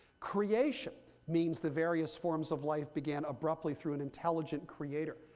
creation means the various forms of life began abruptly through an intelligent creator.